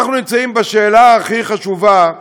אנחנו נמצאים בשאלה הכי חשובה,